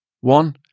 One